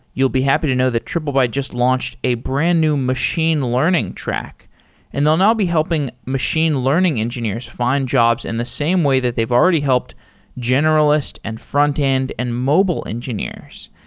you will be happy to know that triplebyte just launched a brand-new machine learning track and they'll now be helping machine learning engineers find jobs in the same way that they've already helped generalist, and frontend, and mobile engineers.